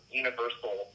universal